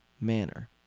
manner